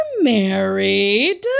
married